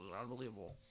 unbelievable